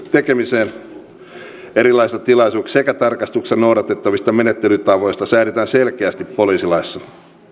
tekemiseen erilaisissa tilaisuuksissa sekä tarkastuksessa noudatettavista menettelytavoista säädetään selkeästi poliisilaissa